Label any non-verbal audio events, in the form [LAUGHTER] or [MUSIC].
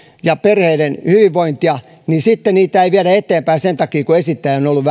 ja perheiden hyvinvointia ja sitten niitä ei viedä eteenpäin sen takia kun esittäjä on on ollut [UNINTELLIGIBLE]